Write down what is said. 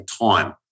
time